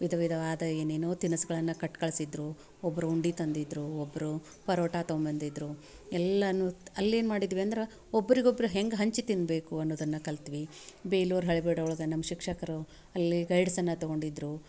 ವಿಧ ವಿಧವಾದ ಏನೇನೋ ತಿನಸ್ಗಳನ್ನು ಕಟ್ಟಿ ಕಟ್ಟಿ ಕಳಿಸಿದ್ರು ಒಬ್ರು ಉಂಡಿ ತಂದಿದ್ದರು ಒಬ್ಬರು ಪರೋಟ ತೊಂಬಂದಿದ್ದರು ಎಲ್ಲನೂ ಅಲ್ಲಿ ಏನು ಮಾಡಿದ್ವಿ ಅಂದ್ರೆ ಒಬ್ರಿಗೊಬ್ರು ಹೆಂಗೆ ಹಂಚಿ ತಿನ್ನಬೇಕು ಅನ್ನೋದನ್ನು ಕಲಿತ್ವಿ ಬೇಲೂರು ಹಳೆಬೀಡು ಒಳ್ಗೆ ನಮ್ಮ ಶಿಕ್ಷಕರು ಅಲ್ಲಿ ಗೈಡ್ಸನ್ನು ತಗೊಂಡಿದ್ದರು